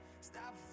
stop